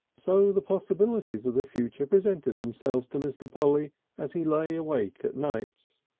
so the possibilities of the future presented themselves to mr. polly as he lay awake at nights.